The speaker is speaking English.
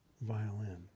violin